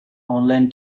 online